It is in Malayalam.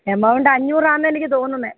എമൌണ്ട് അഞ്ഞൂറാണെന്നാണ് എനിക്കു തോന്നുന്നത്